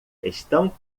estão